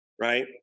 Right